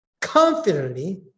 confidently